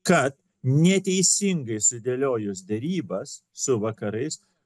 kad neteisingai sudėliojus derybas su vakarais